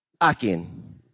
akin